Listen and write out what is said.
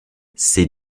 ces